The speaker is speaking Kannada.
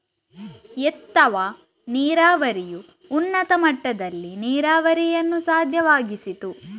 ಎತ್ತುವ ನೀರಾವರಿಯು ಉನ್ನತ ಮಟ್ಟದಲ್ಲಿ ನೀರಾವರಿಯನ್ನು ಸಾಧ್ಯವಾಗಿಸಿತು